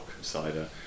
Cider